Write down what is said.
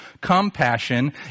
Compassion